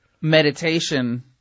Meditation